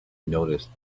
noticed